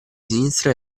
sinistra